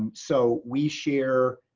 and so we share